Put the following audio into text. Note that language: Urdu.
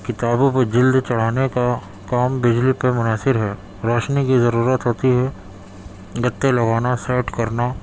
کتابوں پہ جلد چڑھانے کا کام بجلی پر منحصر ہے روشنی کی ضرورت ہوتی ہے گتے لگانا سیٹ کرنا